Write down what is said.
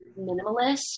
minimalist